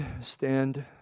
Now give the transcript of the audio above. stand